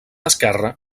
esquerra